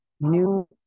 new